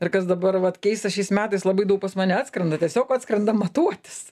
ir kas dabar vat keista šiais metais labai daug pas mane atskrenda tiesiog atskrenda matuotis